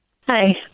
Hi